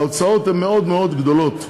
ההוצאות הן מאוד מאוד גדולות.